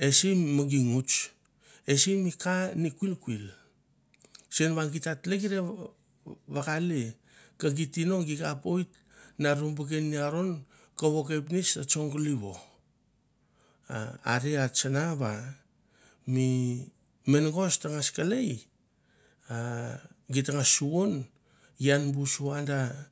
Ese me gi nguts ese mi ka mi kuil kuir? Sen va git ta tlekran i aron kovo kepnets ta tsongalivo a are a tsang v ami mengos tangas kelei a git tangas suvon ian bu sua da